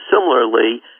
similarly